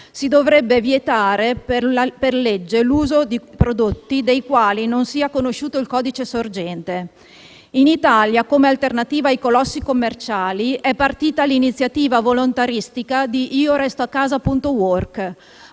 si dovrebbe vietare per legge l'uso di prodotti dei quali non sia conosciuto il codice sorgente. In Italia, come alternativa ai colossi commerciali, è partita l'iniziativa volontaristica di «iorestoacasa.work»,